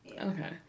okay